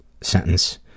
sentence